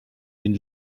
den